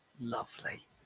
lovely